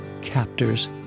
captors